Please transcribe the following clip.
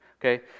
okay